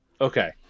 Okay